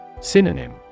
Synonym